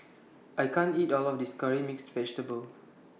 I can't eat All of This Curry Mixed Vegetable